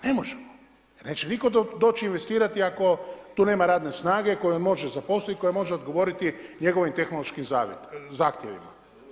Ne možemo jer neće niko doći investirati ako tu nema radne snage koju može zaposliti koja može odgovoriti njegovim tehnološkim zahtjevima.